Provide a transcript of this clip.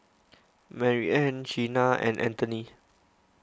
Mariann Chyna and Anthoney